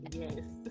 yes